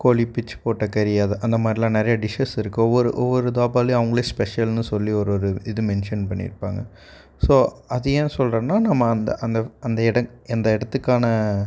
கோழி பிச்சு போட்ட கறி அது அந்தமாதிரிலாம் நிறைய டிஷ்ஷஷ் இருக்குது ஒவ்வொரு ஒவ்வொரு தாபாலேயும் அவங்களே ஸ்பெஷல்னு சொல்லி ஒரு ஒரு இது மென்ஷன் பண்ணியிருப்பாங்க ஸோ அது ஏன் சொல்கிறேன்னா நம்ம அந்த அந்த அந்த இடத் அந்த இடத்துக்கான